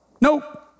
Nope